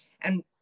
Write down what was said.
And-